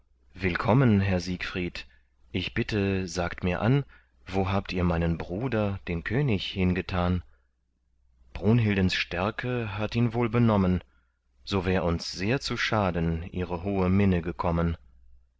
willkommen herr siegfried ich bitte sagt mir an wo habt ihr meinen bruder den könig hingetan brunhildens stärke hat ihn uns wohl benommen so wär uns sehr zu schaden ihre hohe minne gekommen